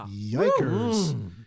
Yikers